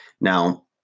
Now